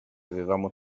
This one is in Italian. avevamo